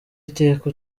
iteka